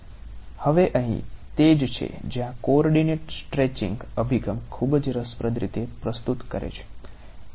હવે અહીં તે જ છે જ્યાં કોઓર્ડિનેટ સ્ટ્રેચિંગ અભિગમ ખૂબ જ રસપ્રદ રીત પ્રસ્તુત કરે છે